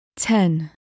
Ten